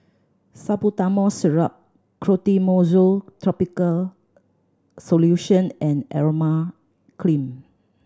Salbutamol Syrup Clotrimozole Topical Solution and Emla Cream